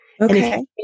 Okay